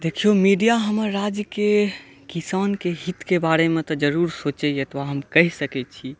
देखियौ मीडिया हमर राज्यके किसानके हितके बारेमे तँ जरूर सोचैया एतबा हम कहि सकैत छी